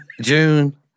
June